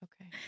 Okay